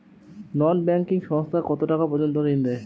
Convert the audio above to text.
নন banking সংস্থা কতটাকা পর্যন্ত ঋণ দেয়?